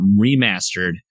remastered